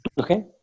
Okay